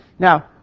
Now